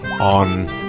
on